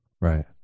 Right